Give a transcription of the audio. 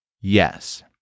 Yes